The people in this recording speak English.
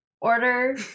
order